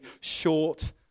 short